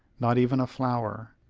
not even a flower.